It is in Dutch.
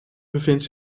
bevindt